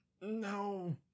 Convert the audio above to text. No